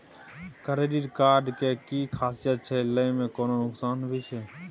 Credit card के कि खासियत छै, लय में कोनो नुकसान भी छै?